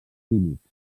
químics